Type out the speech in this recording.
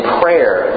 prayer